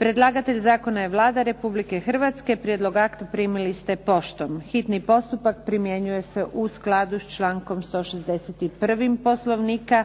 Predlagatelj zakona je Vlada Republike Hrvatske. Prijedlog akta primili ste poštom. Hitni postupak primjenjuje se u skladu s člankom 161. Poslovnika.